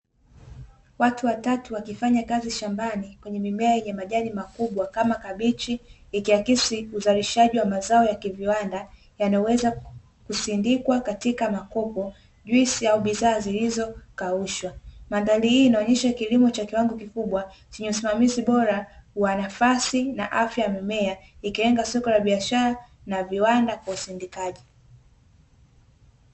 Watu watatu wakifanya kazi shambani kwenye mimea yenye majani makubwa kama kabichi, ikiakisi uzalishaji wa mazao ya kiviwanda yanayoweza kusindikwa katika makopo, juisi au bidhaa zilizokaushwa. Mandhari hii inaonyesha kilimo cha kiwango kikubwa chenye usimamizi bora wa nafasi na afya ya mimea, ikilenga soko la biashara na viwanda kwa usindikaji.